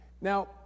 Now